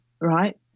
right